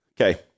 Okay